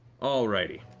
all right.